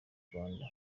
rwanda